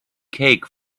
cake